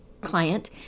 client